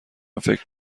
فکر